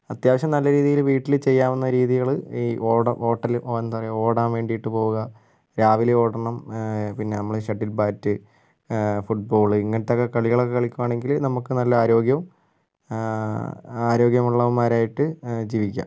അത്യാവശ്യം നല്ല രീതിയില് വീട്ടില് ചെയ്യാവുന്ന രീതികള് ഈ ഓട ഓട്ടല് എന്താ പറയുക ഓടാൻ വേണ്ടി പോകുക രാവിലെ ഓടണം പിന്നെ നമ്മള് ഷട്ടിൽ ബാറ്റ് ഫുട്ബോള് ഇങ്ങനത്തെ കളികളൊക്കെ കളിക്കുക ആണെങ്കില് നമുക്ക് നല്ല ആരോഗ്യ ആരോഗ്യമുള്ളമരായിട്ട് ജീവിക്കാം